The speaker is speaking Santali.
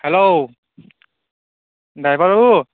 ᱦᱮᱞᱳ ᱰᱟᱭᱵᱷᱚᱨ ᱵᱟ ᱵᱩ